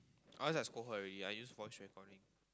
or else I scold her already I use voice recording